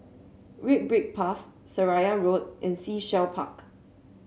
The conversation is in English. Red Brick Path Seraya Road and Sea Shell Park